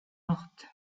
morte